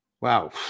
Wow